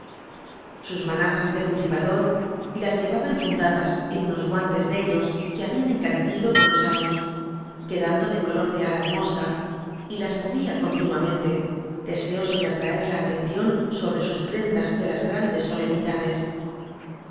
sus manazas de cultivador las llevaba enfundadas en unos guantes negros o que habían encanecido con los años quedando de color de ala de mosca y las movía con tinuamente deseoso de atraer la atención so bre sus prendas de las grandes solemnidades